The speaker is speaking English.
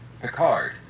Picard